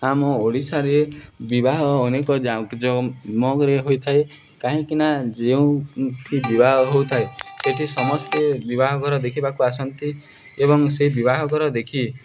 ଆମ ଓଡ଼ିଶାରେ ବିବାହ ଅନେକ ଜାକାମକରେ ହୋଇଥାଏ କାହିଁକି ନା ଯେଉଁଠି ବିବାହ ହଉଥାଏ ସେଠି ସମସ୍ତେ ବିବାହଘର ଦେଖିବାକୁ ଆସନ୍ତି ଏବଂ ସେ ବିବାହଘର ଦେଖି